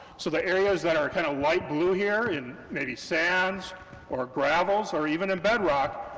so the areas that are kind of light blue here in maybe sands or gravels, or even in bedrock,